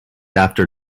after